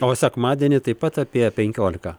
o sekmadienį taip pat apie penkiolika